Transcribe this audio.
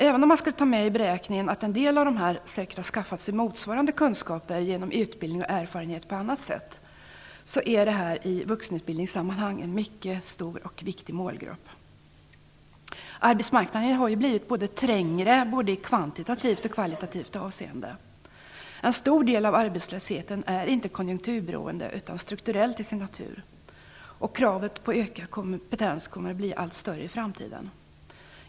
Även om man skall ta med i beräkningen att en del av dem säkert har skaffat sig motsvarande kunskaper genom annan utbildning eller erfarenhet är detta en mycket stor och viktig målgrupp i utbildningssammanhang. Arbetsmarknaden har blivit trängre både i kvantitativt och kvalitativt avseende. En stor del av arbetslösheten är inte konjunkturberoende utan strukturell till sin natur, och kravet på ökad kompetens kommer att bli allt större i framtiden.